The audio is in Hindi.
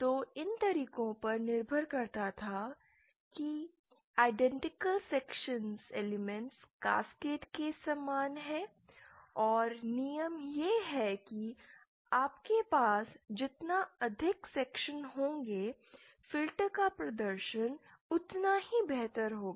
तो इन तरीकों पर निर्भर करता था कि आईडेंटिकल सेक्शंस एलिमेंट्स कैस्केड के समान हैं और नियम यह है कि आपके पास जितने अधिक सेक्शन होंगे फिल्टर का प्रदर्शन उतना ही बेहतर होगा